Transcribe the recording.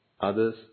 others